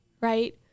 right